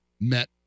met